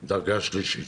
בדרגה שלישית.